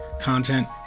content